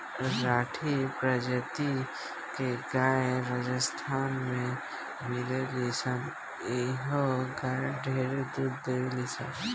राठी प्रजाति के गाय राजस्थान में मिलेली सन इहो गाय ढेरे दूध देवेली सन